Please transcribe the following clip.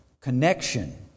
connection